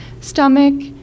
stomach